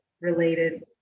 related